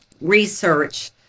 research